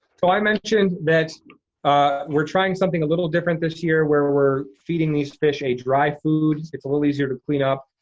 i mentioned that ah we're trying something a little different this year where we're feeding these fish a dry food. it's a little easier to clean up.